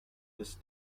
ist